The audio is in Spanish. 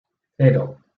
cero